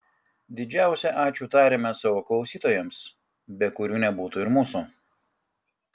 didžiausią ačiū tariame savo klausytojams be kurių nebūtų ir mūsų